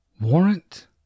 Warrant